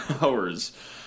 hours